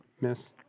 miss